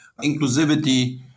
inclusivity